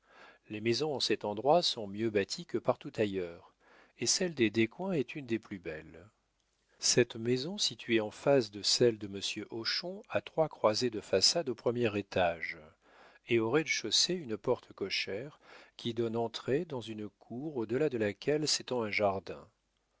les maisons en cet endroit sont mieux bâties que partout ailleurs et celle des descoings est une des plus belles cette maison située en face de celle de monsieur hochon a trois croisées de façade au premier étage et au rez-de-chaussée une porte cochère qui donne entrée dans une cour au delà de laquelle s'étend un jardin